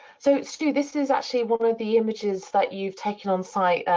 so stu, this is actually one of the images that you've taken on site.